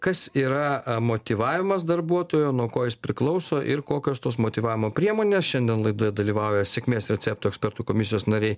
kas yra motyvavimas darbuotojo nuo ko jis priklauso ir kokios tos motyvavimo priemonės šiandien laidoje dalyvauja sėkmės recepto ekspertų komisijos nariai